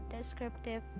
descriptive